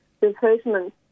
replacement